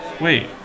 Wait